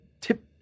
tip